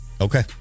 Okay